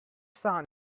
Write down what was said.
son